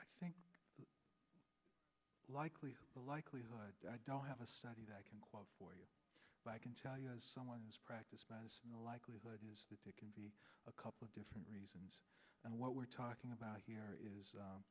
i think likely the likelihood i don't have a study that i can quote for you but i can tell you as someone who has practiced medicine the likelihood is that it can be a couple of different reasons and what we're talking about here is